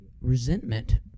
resentment